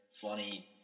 funny